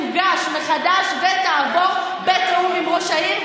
והצעת החוק הזאת בעזרת השם תוגש מחדש ותעבור בתיאום עם ראש העירייה,